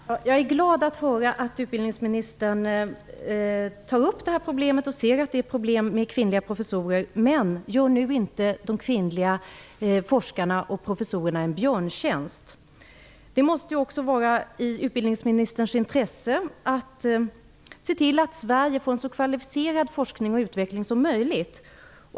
Fru talman! Jag är glad att höra att utbildningsministern tar upp detta problem och ser att det är problem med kvinnliga professorer. Men gör nu inte de kvinnliga forskarna och professorerna en björntjänst. Det måste också vara i utbildningsministerns intresse att se till att Sverige får en så kvalificerad forskning och utveckling som möjligt.